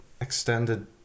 extended